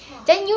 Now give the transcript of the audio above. !wah!